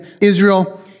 Israel